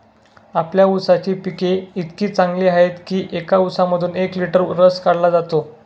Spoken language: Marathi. आपल्या ऊसाची पिके इतकी चांगली आहेत की एका ऊसामधून एक लिटर रस काढला जातो